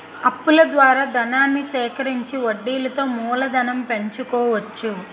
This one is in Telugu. అప్పుల ద్వారా ధనాన్ని సేకరించి వడ్డీలతో మూలధనం పెంచుకోవచ్చు